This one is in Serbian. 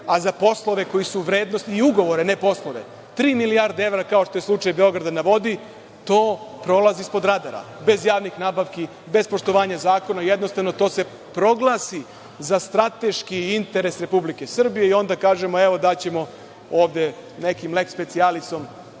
a za poslove, vrednosne ugovore, ne poslove, tri milijarde evra, kao što je slučaj „Beograda na vodi“, to prolazi ispod radara, bez javnih nabavki, bez poštovanja zakona. Jednostavno, to se proglasi za strateški interes Republike Srbije i onda kažemo – evo daćemo ovde nekim leks specijalisom,